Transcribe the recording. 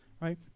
right